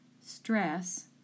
Stress